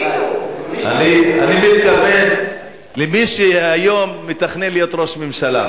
אני מתכוון למי שהיום מתכנן להיות ראש ממשלה.